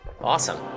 awesome